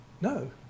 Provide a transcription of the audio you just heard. No